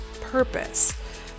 purpose